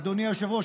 אדוני היושב-ראש,